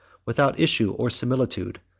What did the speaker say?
without issue or similitude,